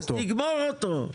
אז תגמור אותו.